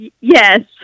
Yes